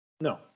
No